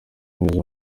meza